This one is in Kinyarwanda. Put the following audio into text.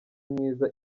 mwiza